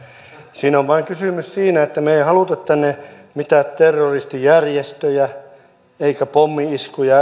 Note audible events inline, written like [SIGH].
siinä on vain kysymys siitä että me emme halua tänne mitään terroristijärjestöjä emmekä pommi iskuja [UNINTELLIGIBLE]